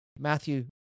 Matthew